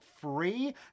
free